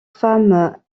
femme